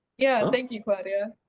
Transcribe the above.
yeah, thank you claudia!